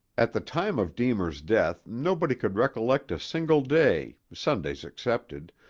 at the time of deemer's death nobody could recollect a single day, sundays excepted,